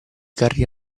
carri